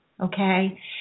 okay